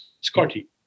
Scotty